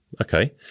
okay